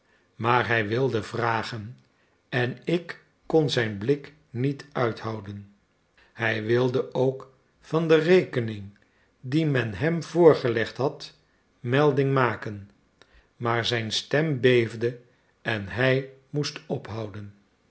maar hij wilde vragen en ik kon zijn blik niet uithouden hij wilde ook van de rekening die men hem voorgelegd had melding maken maar zijn stem beefde en hij moest ophouden